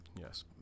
Yes